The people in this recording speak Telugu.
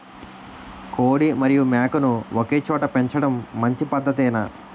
కోడి మరియు మేక ను ఒకేచోట పెంచడం మంచి పద్ధతేనా?